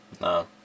No